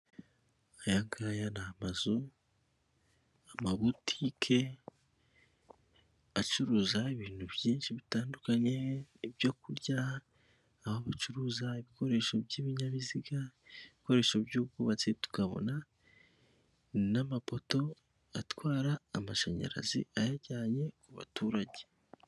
Ayangaya ni amazu, ama butike acuruza ibintu byinshi bitandukanye ibyo kurya aho bacuruza ibikoresho by'ibinyabiziga, ibikoresho by'ubwubatsi tukabona n'amapoto atwara amashanyarazi ayajyanye ku baturage.